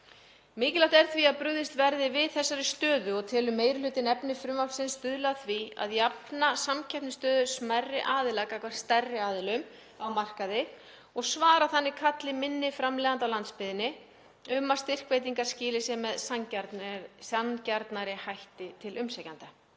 Mikilvægt er því að brugðist verði við þessari stöðu og telur meiri hlutinn efni frumvarpsins stuðla að því að jafna samkeppnisstöðu smærri aðila gagnvart stærri aðilum á markaði og svara þannig kalli minni framleiðenda á landsbyggðinni um að styrkveitingar skili sér með sanngjarnari hætti til umsækjenda.